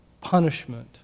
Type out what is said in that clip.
punishment